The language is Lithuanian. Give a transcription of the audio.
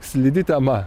slidi tema